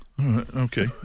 Okay